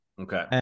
Okay